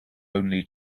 only